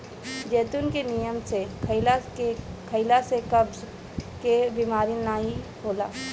जैतून के नियम से खइला से कब्ज के बेमारी नाइ होला